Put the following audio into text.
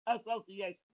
Association